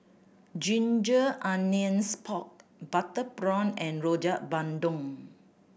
ginger onions pork butter prawn and Rojak Bandung